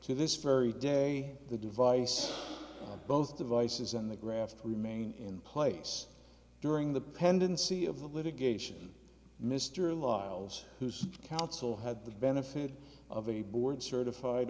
to this very day the device both devices and the graft remain in place during the pendency of the litigation mr lyle's whose counsel had the benefit of a board certified